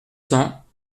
cents